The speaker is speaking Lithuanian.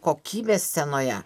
kokybė scenoje